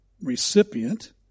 recipient